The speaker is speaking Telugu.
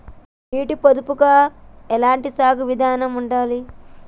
నీటి పొదుపుగా ఎలాంటి సాగు విధంగా ఉండాలి?